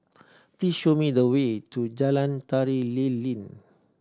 please show me the way to Jalan Tari Lilin